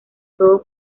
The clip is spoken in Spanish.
todo